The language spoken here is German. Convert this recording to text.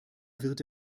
wird